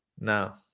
Now